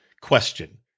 question